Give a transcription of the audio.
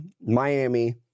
Miami